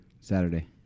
Saturday